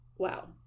Wow